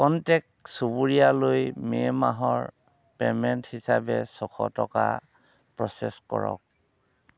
contact চুবুৰীয়ালৈ May মাহৰ payment হিচাপে ছশ টকা প্ৰ'চেছ কৰক